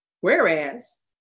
whereas